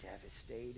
devastated